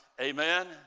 Amen